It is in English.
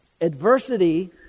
Adversity